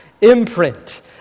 imprint